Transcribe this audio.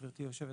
גברתי היו"ר,